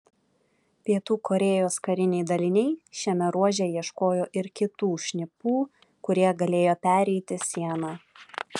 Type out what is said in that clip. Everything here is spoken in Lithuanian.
pietų korėjos kariniai daliniai šiame ruože ieškojo ir kitų šnipų kurie galėjo pereiti sieną